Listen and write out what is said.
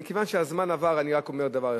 מכיוון שהזמן עבר אני אומר רק דבר אחד,